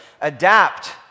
adapt